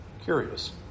Curious